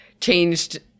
changed